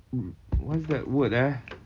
wh~ what is that word eh